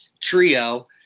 trio